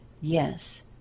Yes